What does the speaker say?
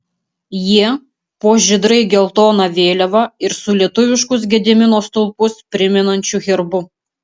jie po žydrai geltona vėliava ir su lietuviškus gedimino stulpus primenančiu herbu